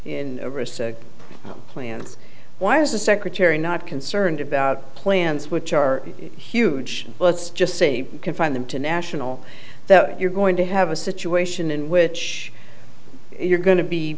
in plans why is the secretary not concerned about plans which are huge let's just say confine them to national that you're going to have a situation in which you're going to be